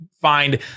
find